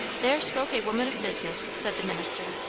there spoke a woman of business! said the minister.